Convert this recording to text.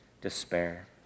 despair